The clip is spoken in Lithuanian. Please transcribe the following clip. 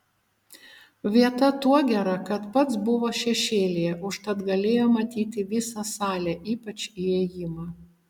vieta tuo gera kad pats buvo šešėlyje užtat galėjo matyti visą salę ypač įėjimą